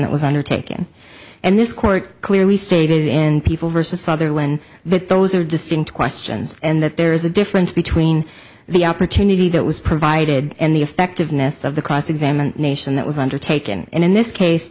that was undertaken and this court clearly stated in people versus sutherland that those are distinct questions and that there is a difference between the opportunity that was provided and the effectiveness of the cross examination that was undertaken in this case